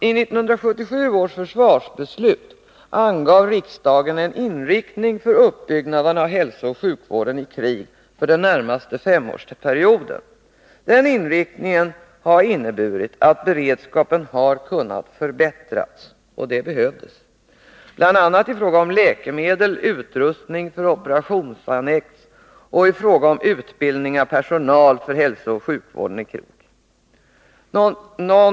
I 1977 års försvarsbeslut angav riksdagen en inriktning för uppbyggnaden av hälsooch sjukvården i krig för den närmaste femårsperioden. Den inriktningen har inneburit att beredskapen har kunnat förbättras — och det behövdes — bl.a. i fråga om läkemedel, utrustning för operationsannex och utbildning av personal för hälsooch sjukvården i krig.